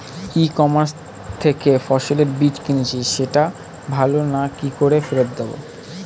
ই commerce থেকে ফসলের বীজ কিনেছি সেটা ভালো না কি করে ফেরত দেব?